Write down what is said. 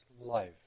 life